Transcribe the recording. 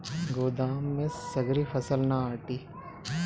गोदाम में सगरी फसल ना आटी